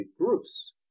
groups